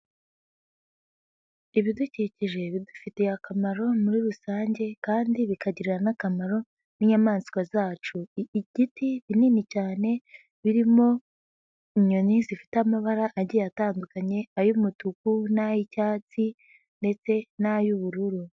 Ibidukikije bidufitiye akamaro muri rusange, kandi bikagirira n'akamaro n'inyamaswa zacu. igiti binini cyane, birimo inyoni zifite amabara agiye atandukanye, ay'umutuku n'ay'icyatsi ndetse n'ay'ubururu.